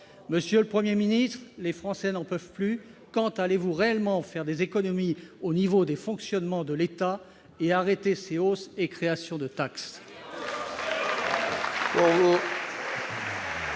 Monsieur le Premier ministre, les Français n'en peuvent plus : quand allez-vous réellement faire des économies au niveau du fonctionnement de l'État et en finir avec ces hausses et créations de taxes ?